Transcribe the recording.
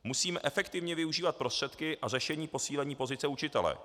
Musíme efektivně využívat prostředky a řešení posílení pozice učitele.